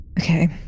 Okay